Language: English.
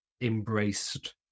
embraced